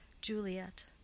Juliet